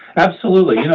absolutely,